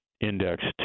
indexed